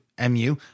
MU